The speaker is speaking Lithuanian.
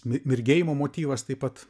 mirgėjimo motyvas taip pat